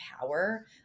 power